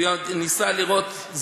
והיא עוד ניסתה לראות,